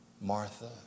Martha